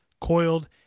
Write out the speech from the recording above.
Coiled